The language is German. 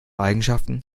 eigenschaften